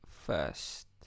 first